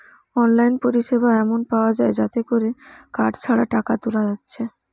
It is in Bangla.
অনলাইন পরিসেবা এমন পায়া যায় যাতে কোরে কার্ড ছাড়া টাকা তুলা যাচ্ছে